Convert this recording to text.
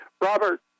Robert